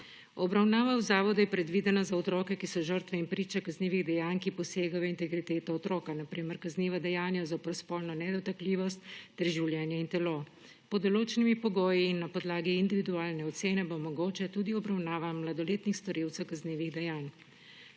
Obravnava v zavodu je predvidena za otroke, ki so žrtve in priče kaznivih dejanj, ki posegajo v integriteto otroka, na primer kazniva dejanja zoper spolno nedotakljivost ter življenje in telo. Pod določenimi pogoji in na podlagi individualne ocene bo mogoča tudi obravnava mladoletnih storilcev kaznivih dejanj.